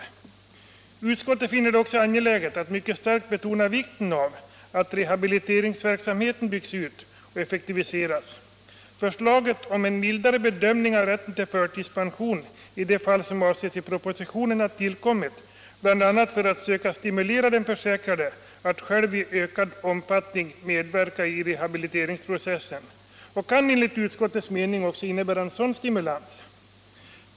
Utskottet finner 14 december 1976 det också angeläget att mycket starkt betona vikten av att rehabiliteringsverksamheten byggs ut och effektiviseras. Förslaget om en mildare = Etableringsregler bedömning av rätten till förtidspension i de fall som avses i propositionen = för sjukgymnaster, har tillkommit bl.a. för att söka stimulera den försäkrade att själv i — mm.m. ökad omfattning medverka i rehabiliteringsprocessen och kan enligt utskottets mening också innebära en sådan stimulans.